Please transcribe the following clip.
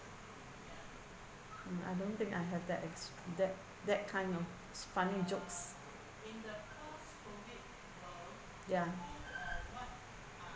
mm I don't think I have that ex~ that that kind of funny jokes ya